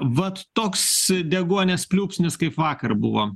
vat toks deguonies pliūpsnis kaip vakar buvo